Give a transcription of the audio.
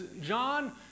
John